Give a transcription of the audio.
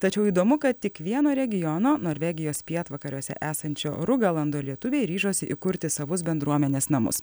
tačiau įdomu kad tik vieno regiono norvegijos pietvakariuose esančio rugiolando lietuviai ryžosi įkurti savus bendruomenės namus